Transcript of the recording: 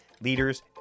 leaders